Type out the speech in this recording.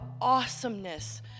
awesomeness